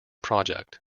project